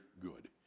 good